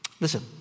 Listen